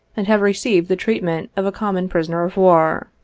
and have received the treatment of a common prisoner of war.